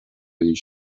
his